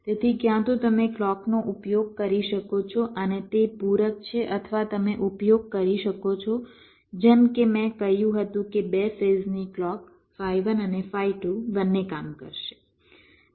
તેથી ક્યાં તો તમે ક્લૉકનો ઉપયોગ કરી શકો છો અને તે પૂરક છે અથવા તમે ઉપયોગ કરી શકો છો જેમ કે મેં કહ્યું હતું કે બે ફેઝની ક્લૉક ફાઇ 1 અને ફાઇ 2 બંને કામ કરશે